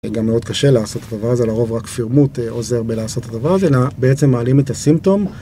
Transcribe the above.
גם מאוד קשה לעשות את הדבר הזה, לרוב רק פירמוט עוזר בלעשות את הדבר הזה, בעצם מעלים את הסימפטום.